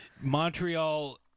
Montreal